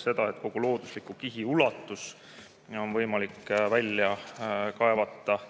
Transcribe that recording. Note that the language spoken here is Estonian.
seda, et kogu loodusliku kihi ulatus on võimalik välja kaevata.